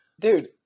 dude